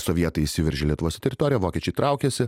sovietai įsiveržė į lietuvos teritoriją vokiečiai traukiasi